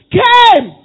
came